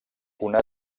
una